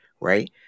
right